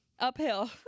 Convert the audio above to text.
Uphill